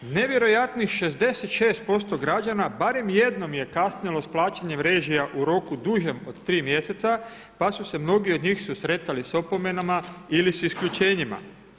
Nevjerojatnih 66% građana barem jednom je kasnilo sa plaćanjem režija u roku dužem od 3 mjeseca pa su se mnogi od njih susretali sa opomenama ili s isključenjima.